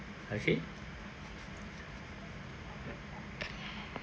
okay